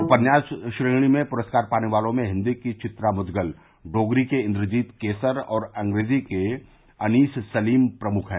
उपन्यास श्रेणी में पुरस्कार पाने वालों में हिन्दी की चित्रा मुदगल डोगरी के इन्द्रजीत केसर और अंग्रेजी के अनीस सलीम प्रमुख है